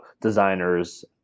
designers